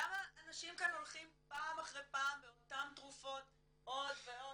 למה אנשים כאן הולכים פעם אחר פעם לאותן תרופות עוד ועוד.